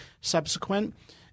subsequent